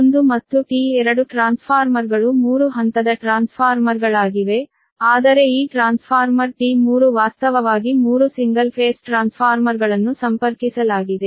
T1 ಮತ್ತು T2 ಟ್ರಾನ್ಸ್ಫಾರ್ಮರ್ಗಳು three phase ಟ್ರಾನ್ಸ್ಫಾರ್ಮರ್ಗಳಾಗಿವೆ ಆದರೆ ಈ ಟ್ರಾನ್ಸ್ಫಾರ್ಮರ್ T3 ವಾಸ್ತವವಾಗಿ ಮೂರು ಸಿಂಗಲ್ ಫೇಸ್ ಟ್ರಾನ್ಸ್ಫಾರ್ಮರ್ಗಳನ್ನು ಸಂಪರ್ಕಿಸಲಾಗಿದೆ